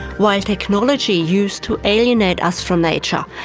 while technology used to alienate us from nature,